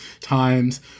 times